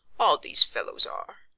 all these fellows are.